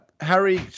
Harry